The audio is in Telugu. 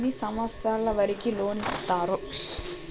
ఎన్ని సంవత్సరాల వారికి లోన్ ఇస్తరు?